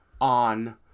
on